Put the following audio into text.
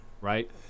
Right